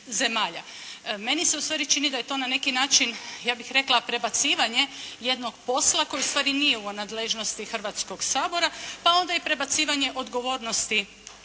Meni se u stvari čini da je to na neki način ja bih rekla prebacivanje jednog posla koji u stvari nije u nadležnosti Hrvatskog sabora, pa onda i prebacivanje odgovornosti